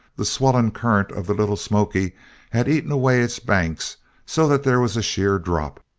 the swollen current of the little smoky had eaten away its banks so that there was a sheer drop,